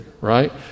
right